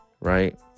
right